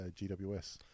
GWS